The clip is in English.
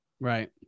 Right